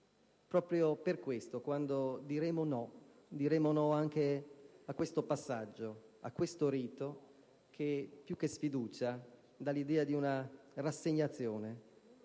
Proprio per questo, quando diremo no, lo diremo anche a questo passaggio, a questo rito, che più che di sfiducia dà l'idea di una rassegnazione,